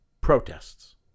protests